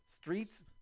Streets